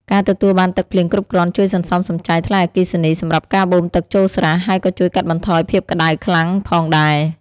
ការទទួលបានទឹកភ្លៀងគ្រប់គ្រាន់ជួយសន្សំសំចៃថ្លៃអគ្គិសនីសម្រាប់ការបូមទឹកចូលស្រះ ហើយក៏ជួយកាត់បន្ថយភាពក្ដៅខ្លាំងផងដែរ។